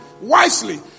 wisely